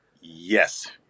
Yes